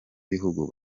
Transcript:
b’igihugu